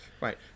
right